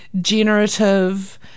generative